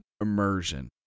immersion